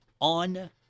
On